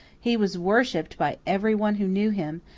he was worshipped by everyone who knew him,